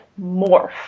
morph